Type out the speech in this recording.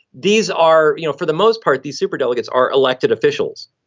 these are you know, for the most part, these superdelegates are elected officials.